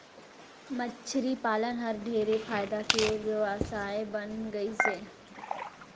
मछरी पालन हर ढेरे फायदा के बेवसाय बन गइस हे